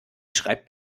schreibt